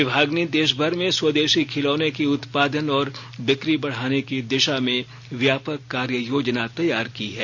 विभाग ने देश भर में स्वदेशी खिलौनों के उत्पादन और बिक्री बढाने की दिशा में व्यापक कार्य योजना तैयार की है